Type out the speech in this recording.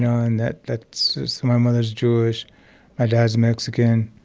and that that's my mother's jewish, my dad's mexican.